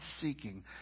seeking